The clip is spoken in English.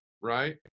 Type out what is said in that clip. right